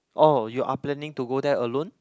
oh you are planning to go there alone